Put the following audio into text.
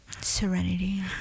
Serenity